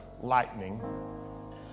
lightning